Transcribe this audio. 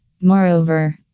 Moreover